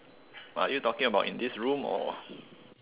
are you talking about in this room or